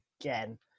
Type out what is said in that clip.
again